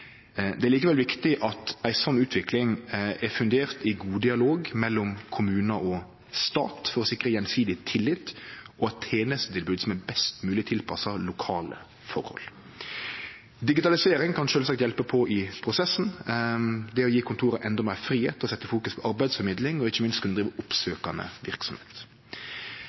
fundert i god dialog mellom kommunar og stat, for å sikre gjensidig tillit og eit tenestetilbod som er best mogleg tilpassa lokale forhold. Digitalisering kan sjølvsagt hjelpe på i prosessen. Det vil gje kontora endå meir fridom til å fokusere på arbeidsformidling og ikkje minst kunne drive